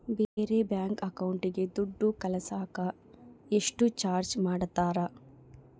ಬೇರೆ ಬ್ಯಾಂಕ್ ಅಕೌಂಟಿಗೆ ದುಡ್ಡು ಕಳಸಾಕ ಎಷ್ಟು ಚಾರ್ಜ್ ಮಾಡತಾರ?